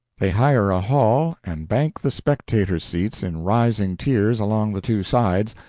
they hire a hall and bank the spectators' seats in rising tiers along the two sides,